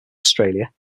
australia